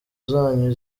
zanyu